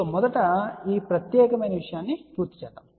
మొదట ఈ ప్రత్యేకమైన విషయాన్ని పూర్తి చేద్దాం